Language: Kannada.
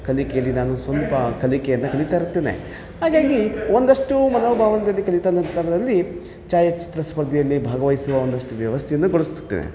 ಕಲಿಕೆಯಲ್ಲಿ ನಾನು ಸ್ವಲ್ಪ ಕಲಿಕೆಯನ್ನು ಕಲಿತ ಇರ್ತೇನೆ ಹಾಗಾಗಿ ಒಂದಷ್ಟು ಮನೋಭಾವನದಲ್ಲಿ ಕಲಿತ ನಂತರದಲ್ಲಿ ಛಾಯಾಚಿತ್ರ ಸ್ಪರ್ಧೆಯಲ್ಲಿ ಭಾಗವಹಿಸುವ ಒಂದಷ್ಟು ವ್ಯವಸ್ಥೆಯನ್ನು ಗೊಳಿಸುತ್ತೇನೆ